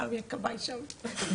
סמי הכבאי שם.